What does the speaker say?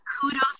kudos